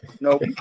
Nope